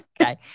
Okay